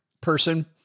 person